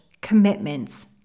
commitments